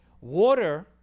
water